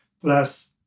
Plus